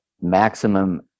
maximum